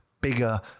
bigger